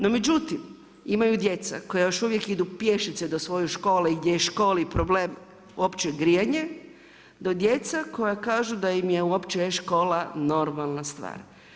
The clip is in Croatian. No međutim imaju djeca koja još uvijek idu pješice do svoje škole i gdje je školi problem uopće grijanje do djece koja kažu da im je uopće škola normalna stvar.